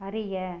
அறிய